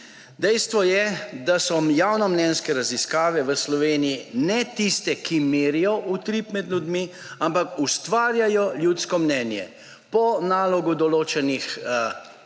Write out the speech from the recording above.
Dejstvo je, da so javnomnenjske raziskave v Sloveniji ne tiste, ki merijo utrip med ljudmi, ampak ustvarjajo ljudsko mnenje po nalogu določenih centrov